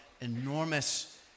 enormous